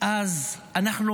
אז אנחנו